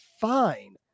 fine